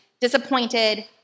disappointed